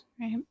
Right